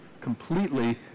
completely